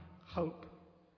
hope